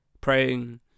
Praying